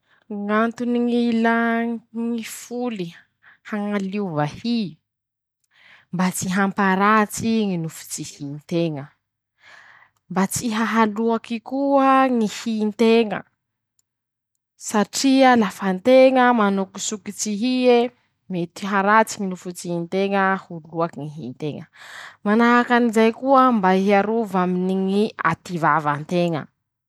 Ñ'antony ñ'ilà ñy foly: -Hañaliova ñy hy, mba tsy hamparatsy ñy nofotsiny ñy hinteña, mba tsy ahaloaky koa ñy hinteña, satria lafa teña manokitsokitsy hy e, mety haratsy ñy lofotsy hinteña, ho loaky ñy hinteña, manahakan'izay koa mba hiarova aminy ñy ativava nteña.